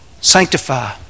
Sanctify